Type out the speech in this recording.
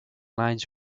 lines